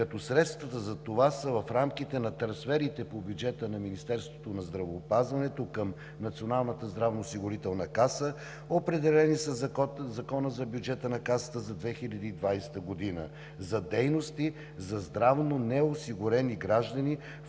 като средствата за това са в рамките на трансферите по бюджета на Министерството на здравеопазването към Националната здравноосигурителна каса, определени със Закона за бюджета на касата за 2020 г. – за дейности за здравно неосигурени граждани,